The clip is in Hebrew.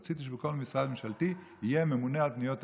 רציתי שבכל משרד ממשלתי יהיה ממונה על פניות הציבור,